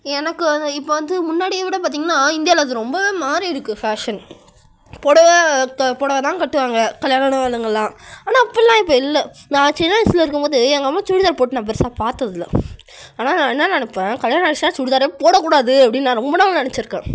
எனக்கு வந்து இப்போ வந்து முன்னாடியை விட பார்த்திங்ன்னா இந்தியாவில் அது ரொம்பவே மாறியிருக்கு ஃபேஷன் புடவ இப்போ புடவ தான் கட்டுவாங்க கல்யாணம் ஆனவங்கெலாம் ஆனால் அப்படிலாம் இப்போ இல்லை நான் சின்ன வயசில் இருக்கும் போது எங்கள் அம்மா சுடிதார் போட்டு நான் பெருசாக பார்த்ததுல்ல ஆனால் நான் என்ன நினப்பேன் கல்யாணம் ஆகிடுச்சின்னா சுடிதாரே போடக்கூடாது அப்படினு நான் ரொம்ப நாள் நினச்சிருக்கேன்